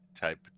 type